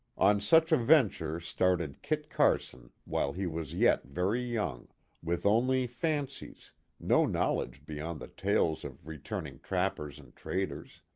on such a venture started kit carson while he was yet very young with only fancies no knowledge beyond the tales of returned trap pers and traders.